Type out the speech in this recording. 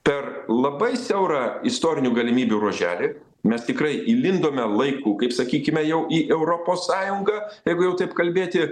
per labai siaurą istorinių galimybių ruoželį mes tikrai įlindome laiku kaip sakykime jau į europos sąjungą jeigu jau taip kalbėti